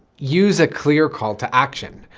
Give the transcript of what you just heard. use a clear call to action.